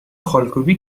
خالکوبی